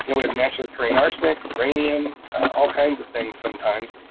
you know have natural occurring arsenic, uranium, all kinds of things sometimes.